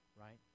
right